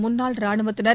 முன்னாள் ராணுவத்தினர்